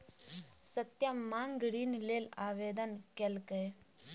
सत्यम माँग ऋण लेल आवेदन केलकै